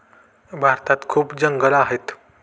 भारतात खूप जंगलं आहेत